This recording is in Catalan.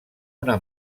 una